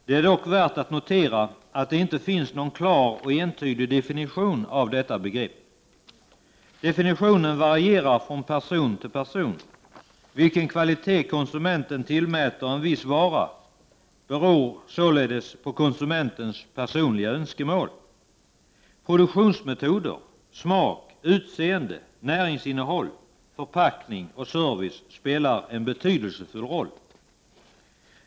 Det är dock värt att notera att det inte finns någon klar och entydig definition av detta begrepp. Definitionen varierar från person till person. Vilken kvalitet konsumenten tillmäter en viss vara, beror således på konsumentens personliga önskemål. Produktionsmetoder, smak, utseende, näringsinnehåll, förpackning och service spelar en betydelsefull roll.